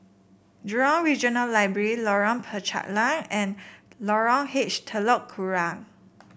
Jurong Regional Library Lorong Penchalak and Lorong H Telok Kurau